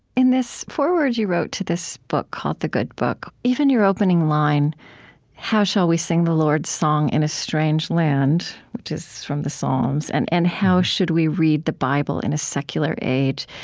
in this foreword you wrote to this book called the good book, even your opening line how shall we sing the lord's song in a strange land? which is from the psalms, and and how should we read the bible in a secular age?